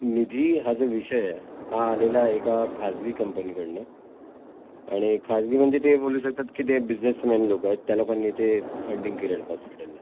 निधी हा जो विषय आहे हा आलेला एका खाजगी कंपनीकडनं आणि खाजगी म्हणजे ते बोलू शकतात की ते बिझनेसमेन लोकं आहेत त्या लोकांनी ते फंडिंग केलेलं हॉस्पिटलला